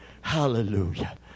Hallelujah